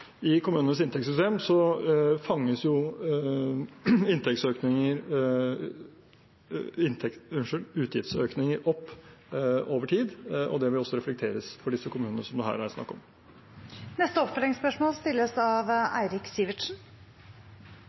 I kommunenes inntektssystem fanges utgiftsøkninger opp over tid, og det vil også reflekteres for de kommunene det her er snakk om. Eirik Sivertsen – til oppfølgingsspørsmål.